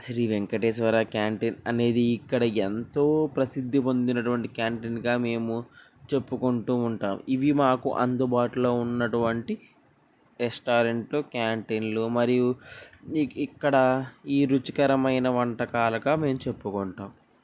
Shri Venkateswara canteen అనేది ఇక్కడ ఎంతో ప్రసిద్ధి పొందినటువంటి క్యాంటిన్గా మేము చెప్పుకుంటు ఉంటాం ఇవి మాకు అందుబాటులో ఉన్నటువంటి రెస్టారెంట్లు క్యాంటిన్లు మరియు ఇక్కడ ఈ రుచికరమైన వంటకాలుగా మేము చెప్పుకుంటాం